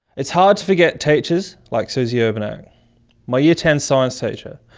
it's hard to forget teachers like suzy urbaniak my year ten science teacher,